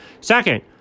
Second